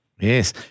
Yes